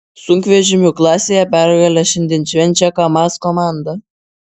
sunkvežimių klasėje pergalę šiandien švenčia kamaz komanda